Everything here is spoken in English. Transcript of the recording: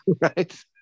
right